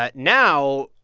but now,